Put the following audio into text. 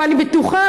ואני בטוחה,